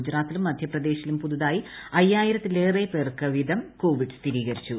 ഗുജറാത്തിലും മധ്യപ്രദേശിലും പുതുതായി അയ്യായിരത്തിലേറെ പേർക്ക് വീതം കോവിഡ് സ്ഥിരീകരിച്ചു